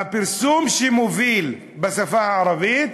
והפרסום שמוביל בשפה הערבית,